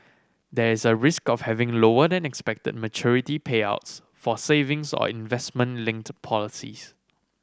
there is a risk of having lower than expected maturity payouts for savings or investment linked policies